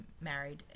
married